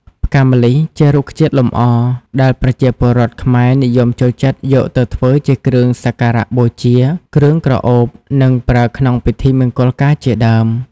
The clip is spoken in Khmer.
ផ្កាម្លិះ ជារុក្ខជាតិលម្អ ដែលប្រជាពលរដ្ឋខ្មែរនិយមចូលចិត្តយកទៅធ្វើជាគ្រឿងសក្ការបូជា គ្រឿងក្រអូប និងប្រើក្នុងពិធីមង្គលការជាដើម។